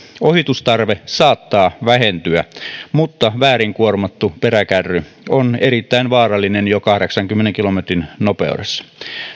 ohitustarve saattaa vähentyä mutta väärin kuormattu peräkärry on erittäin vaarallinen jo kahdeksankymmenen kilometrin nopeudessa